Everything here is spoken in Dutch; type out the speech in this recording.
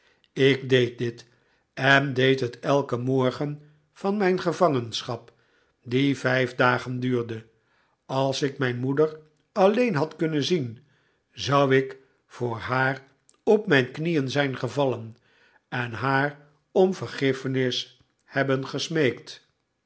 ik deed dit en deed het elken morgen van mijn gevangenschap die vijf dagen duurde als ik mijn moeder alleen had kunnen zien zou ik voor haar op mijn knieen zijn gevallen en haar om vergiffenis hebben gesmeekt